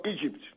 Egypt